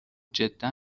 جدا